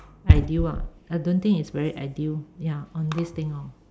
ideal ah I don't think is very ideal ya on this thing lor mm